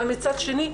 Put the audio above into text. אבל מצד שני,